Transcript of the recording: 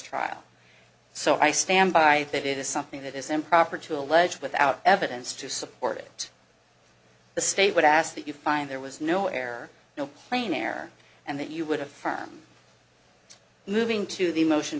trial so i stand by that it is something that is improper to allege without evidence to support it the state would ask that you find there was no air no plain error and that you would have firm moving to the motion